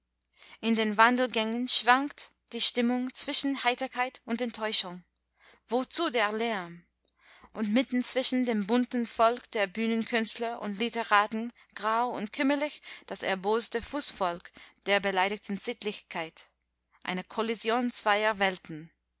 in den wandelgängen schwankt die stimmung zwischen heiterkeit und enttäuschung wozu der lärm und mitten zwischen dem bunten volk der bühnenkünstler und literaten grau und kümmerlich das erboste fußvolk der beleidigten sittlichkeit eine kollision zweier welten